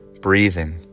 breathing